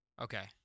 Okay